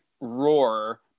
roar